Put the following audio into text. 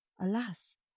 Alas